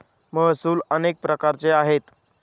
महसूल अनेक प्रकारचे आहेत